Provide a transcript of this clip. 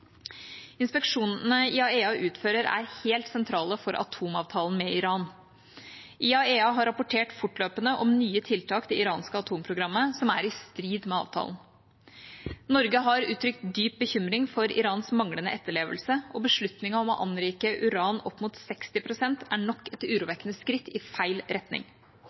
utfører, er helt sentrale for atomavtalen med Iran, JCPOA. IAEA har rapportert fortløpende om nye tiltak i det iranske atomprogrammet som er i strid med avtalen. Norge har uttrykt dyp bekymring for Irans manglende etterlevelse, og beslutningen om å anrike uran opp mot 60 pst. er nok et urovekkende skritt i feil retning.